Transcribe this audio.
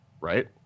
right